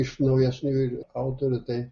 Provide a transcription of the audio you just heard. iš naujesniųjų autorių tai